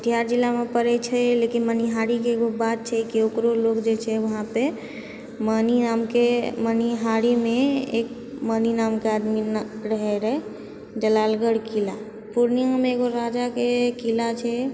कटिहार जिलामे पड़ै छै लेकिन मनिहारीके एकगो बात छै कि ओकरो लोग जे छै वहाँ पर मनी नामके एकगो मनिहारीमे मनी नामके आदमी रहै रहय जलालगढ़ किला एकगो राजाके किला छै